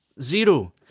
Zero